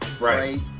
right